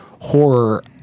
horror